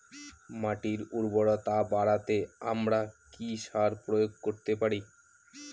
মাটির উর্বরতা বাড়াতে আমরা কি সার প্রয়োগ করতে পারি?